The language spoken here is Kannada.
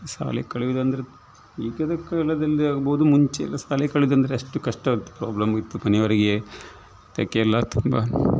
ಶಾಲೆ ಕಲಿಯುವುದಂದರೆ ಈಗಿನ ಕಾಲದಲ್ಲಿ ಆಗ್ಬೋದು ಮುಂಚೆ ಎಲ್ಲ ಶಾಲೆ ಕಲಿಯುದಂದ್ರೆ ಅಷ್ಟು ಕಷ್ಟ ಆಗ್ತಿತ್ತು ಪ್ರಾಬ್ಲಮ್ ಇತ್ತು ಮನೆಯವರಿಗೆ ಅದಕ್ಕೆಲ್ಲ ತುಂಬ